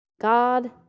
God